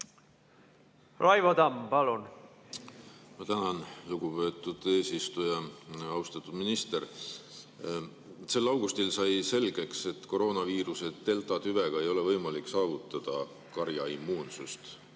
Raivo Tamm, palun! Ma tänan, lugupeetud eesistuja! Austatud minister! Augustikuus sai selgeks, et koroonaviiruse deltatüve puhul ei ole võimalik saavutada karjaimmuunsust.